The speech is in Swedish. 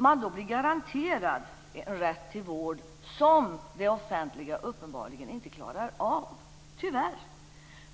Man blir då garanterad en rätt till vård som det offentliga uppenbarligen inte klarar av, tyvärr.